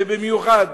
ובמיוחד